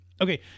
Okay